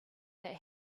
that